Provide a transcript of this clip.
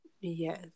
yes